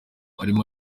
arimo